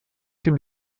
dem